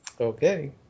okay